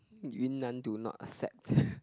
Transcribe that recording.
Yun Nan do not accept